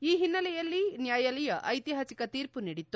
ಈ ಹಿನ್ನೆಲೆಯಲ್ಲಿ ನ್ಯಾಯಾಲಯ ಐತಿಹಾಸಿಕ ತೀರ್ಮ ನೀಡಿತ್ತು